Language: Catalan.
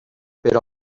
per